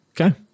Okay